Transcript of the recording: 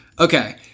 Okay